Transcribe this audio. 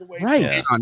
Right